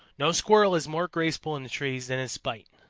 no squirrel is more graceful in the trees than is spite.